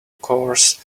course